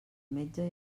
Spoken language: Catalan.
metge